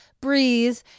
breathe